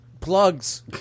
Plugs